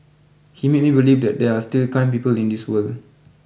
he made me believe that there are still kind people in this world